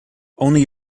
only